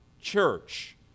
church